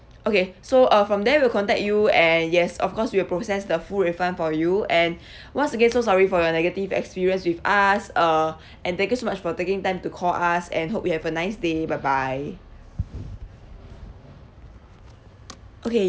okay so uh from there we'll contact you and yes of course we will process the full refund for you and once again so sorry for your negative experience with us uh and thank you so much for taking time to call us and hope you have a nice day bye bye okay